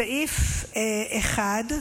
סעיף 1,